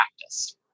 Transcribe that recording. practice